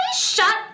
shut